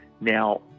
Now